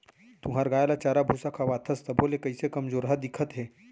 तुंहर गाय ल चारा भूसा खवाथस तभो ले कइसे कमजोरहा दिखत हे?